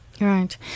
Right